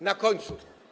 Na końcu.